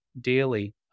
daily